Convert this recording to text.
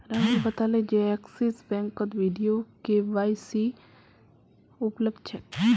राहुल बताले जे एक्सिस बैंकत वीडियो के.वाई.सी उपलब्ध छेक